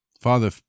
Father